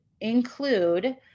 include